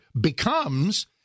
becomes